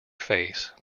face